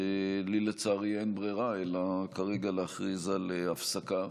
לצערי אין לי ברירה אלא כרגע להכריז על הפסקה,